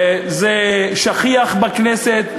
זה שכיח בכנסת,